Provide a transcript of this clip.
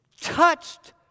touched